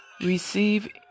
receive